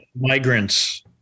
migrants